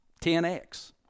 10x